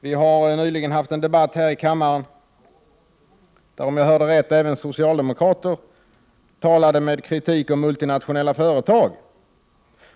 Vi hade nyligen en debatt här i riksdagen där även socialdemokrater, om jag hörde rätt, talade kritiskt om multinationella företag.